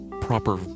proper